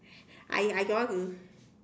I I don't want to